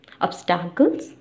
obstacles